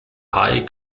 high